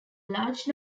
large